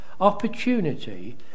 opportunity